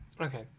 okay